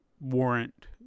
warrant